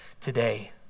today